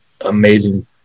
amazing